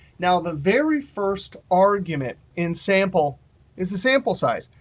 now the very first argument in sample is the sample size.